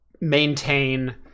maintain